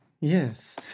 Yes